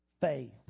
faith